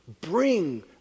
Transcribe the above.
bring